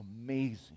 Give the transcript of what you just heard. amazing